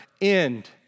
end